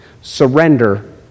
Surrender